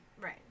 right